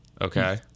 Okay